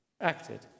acted